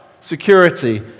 security